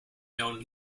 known